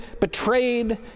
betrayed